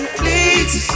please